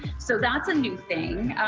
so that's a new thing.